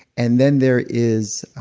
and then there is